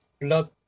Blood